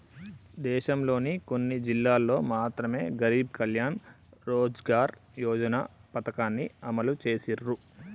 దేశంలోని కొన్ని జిల్లాల్లో మాత్రమె గరీబ్ కళ్యాణ్ రోజ్గార్ యోజన పథకాన్ని అమలు చేసిర్రు